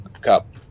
Cup